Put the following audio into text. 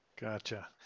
Gotcha